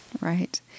Right